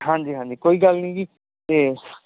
ਹਾਂਜੀ ਹਾਂਜੀ ਕੋਈ ਗੱਲ ਨੀ ਜੀ ਤੇ